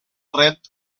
red